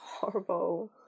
horrible